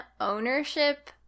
ownership